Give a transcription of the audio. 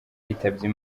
yitabye